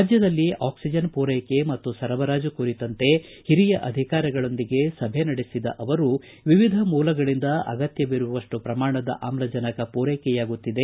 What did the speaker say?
ರಾಜ್ಯದಲ್ಲಿ ಆಕ್ಲಿಜನ್ ಪೂರೈಕೆ ಮತ್ತು ಸರಬರಾಜು ಕುರಿತಂತೆ ಹಿರಿಯ ಅಧಿಕಾರಿಗಳೊಂದಿಗೆ ಸಭೆ ನಡೆಸಿದ ಅವರು ವಿವಿಧ ಮೂಲಗಳಿಂದ ಅಗತ್ತವಿರುಷ್ನು ಪ್ರಮಾಣದ ಆಮ್ಲಜನಕ ಪೂರೈಕೆಯಾಗುತ್ತಿದೆ